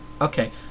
Okay